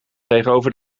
tegenover